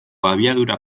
abiadura